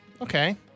Okay